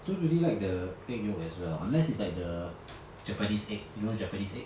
don't really like the egg yolk as well unless is like the japanese egg you know japanese egg